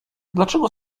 dlaczego